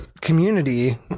community